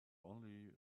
only